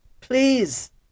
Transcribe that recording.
Please